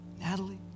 Natalie